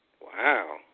Wow